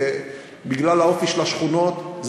בגלל האופי של השכונות,